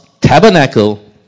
tabernacle